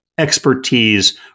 expertise